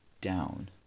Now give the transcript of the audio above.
down